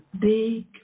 big